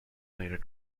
later